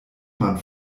man